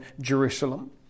Jerusalem